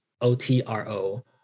O-T-R-O